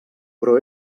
però